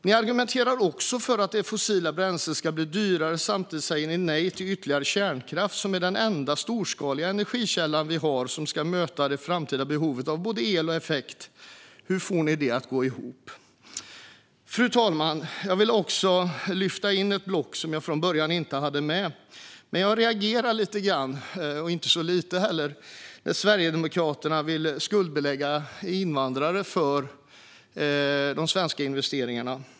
Ni argumenterar också för att det fossila bränslet ska bli dyrare. Samtidigt säger ni nej till ytterligare kärnkraft, som är den enda storskaliga energikälla vi har som ska möta det framtida behovet av både el och effekt. Hur får ni det att gå ihop? Fru talman! Jag vill lyfta in ett block som jag från början inte hade tänkt ta upp. Men jag reagerade lite grann - och inte så lite heller - när Sverigedemokraterna ville skuldbelägga invandrare när det handlar om de svenska investeringarna.